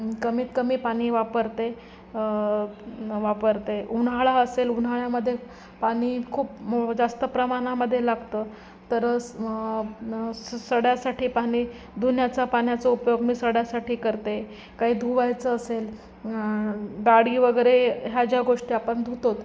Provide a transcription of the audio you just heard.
कमीत कमी पाणी वापरते वापरते उन्हाळा असेल उन्हाळ्यामध्ये पाणी खूप जास्त प्रमाणामध्ये लागतं तर स सड्यासाठी पाणी धुण्याचा पाण्याचा उपयोग मी सड्यासाठी करते काही धुवायचं असेल गाडी वगैरे ह्या ज्या गोष्टी आपण धुतो